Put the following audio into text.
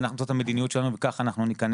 אנחנו נמצה את המדיניות שלנו וכך אנחנו ניכנס.